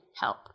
help